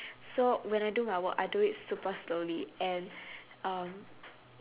so when I do my work I do it super slowly and um